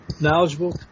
knowledgeable